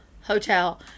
hotel